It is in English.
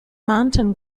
mountain